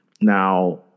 Now